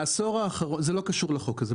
בעשור האחרון, זה לא קשור לחוק הזה.